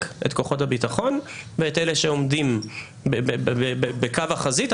את כוחות הביטחון ואת אלה שעומדים בקו החזית,